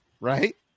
right